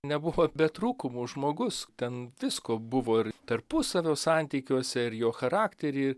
nebuvo be trūkumų žmogus ten visko buvo ir tarpusavio santykiuose ir jo charaktery